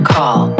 call